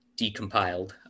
decompiled